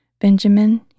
Benjamin